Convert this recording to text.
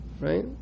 right